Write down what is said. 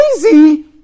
crazy